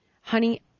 honey